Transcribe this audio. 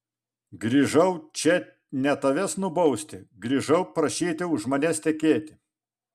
grįžau čia ne tavęs nubausti grįžau prašyti už manęs tekėti